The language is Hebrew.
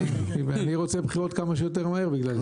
אני רוצה בחירות כמה שיותר מהר בגלל זה.